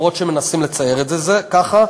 למרות שמנסים לצייר את זה ככה.